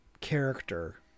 character